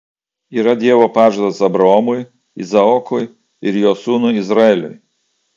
yra dievo pažadas abraomui izaokui ir jo sūnui izraeliui